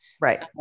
right